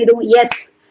yes